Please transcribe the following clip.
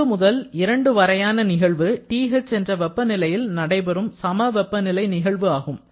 ஒன்று முதல் இரண்டு வரையான நிகழ்வு TH என்ற வெப்பநிலையில் நடைபெறும் சம வெப்பநிலை நிகழ்வு ஆகும்